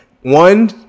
one